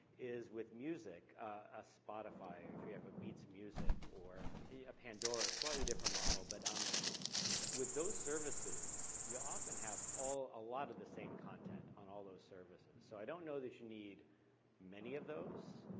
is with music, a spotify, if you have a beats music, or a a pandora, a slightly different model, but um with those services, you often have a lot of the same content on all those services, so i don't know that you need many of those,